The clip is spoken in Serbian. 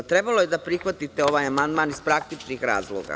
Trebalo je da prihvatite ovaj amandman iz praktičnih razloga.